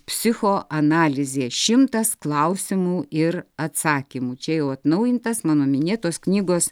psichoanalizė šimtas klausimų ir atsakymų čia jau atnaujintas mano minėtos knygos